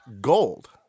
Gold